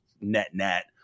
net-net